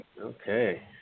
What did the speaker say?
Okay